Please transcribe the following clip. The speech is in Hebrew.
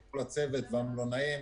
המלונאים,